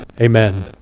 Amen